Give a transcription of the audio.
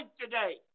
today